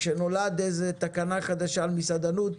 כשנולדת תקנה חדשה על מסעדנות,